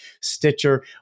Stitcher